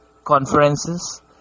conferences